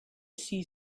see